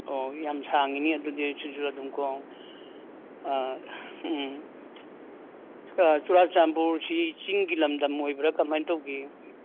ꯑꯣ ꯌꯥꯝ ꯁꯥꯡꯉꯤꯅꯦ ꯑꯗꯨꯗꯤ ꯁꯤꯁꯨ ꯑꯗꯨꯝ ꯀꯣ ꯑꯥ ꯎꯝ ꯑꯥ ꯆꯨꯔꯆꯥꯟꯄꯨꯔꯁꯤ ꯆꯤꯡꯒꯤ ꯂꯝꯗꯝ ꯑꯣꯏꯕꯙꯔꯥ ꯀꯃꯥꯏ ꯇꯧꯒꯦ